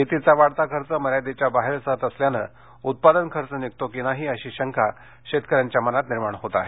शेतीचा वाढता खर्च मर्यादेच्या बाहेर होत असल्याने उत्पादन खर्च निघतो का नाही याची शंका शेतकऱ्यांच्या मनात निर्माण होत आहे